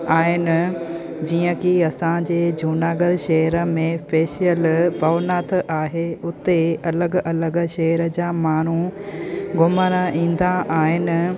आहिनि जीअं कि असांजे जूनागढ़ शहर में स्पेशल भवनाथ आहे उते अलॻि अलॻि शहर जा माण्हू घुमणु ईंदा आहिनि